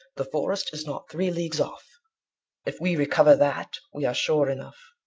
the forest is not three leagues off if we recover that, we are sure enough.